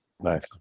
nice